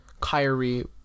Kyrie